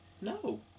No